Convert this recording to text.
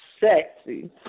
sexy